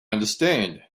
understand